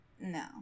no